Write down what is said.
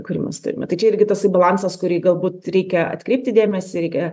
kurį mes turime tai čia irgi tasai balansas kurį galbūt reikia atkreipti dėmesį reikia